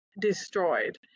destroyed